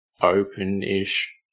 open-ish